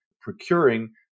procuring